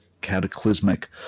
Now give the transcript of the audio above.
cataclysmic